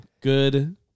Good